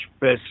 best